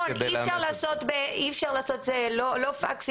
אי אפשר לעשות את זה לא בפקס,